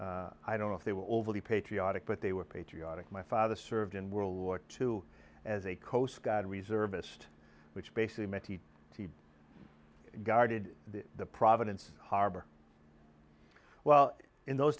i don't know if they were overly patriotic but they were patriotic my father served in world war two as a coast guard reserve ist which basically meant he guarded the providence harbor well in those